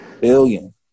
billion